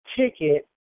ticket